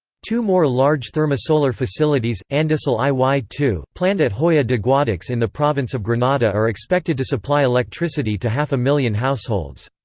two more large thermosolar facilities, andasol i y ii, planned at hoya de guadix in the province of granada are expected to supply electricity to half a million households.